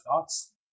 thoughts